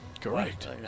Correct